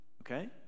Okay